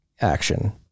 action